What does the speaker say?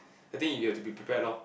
I think you have to be prepared lor